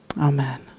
Amen